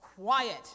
quiet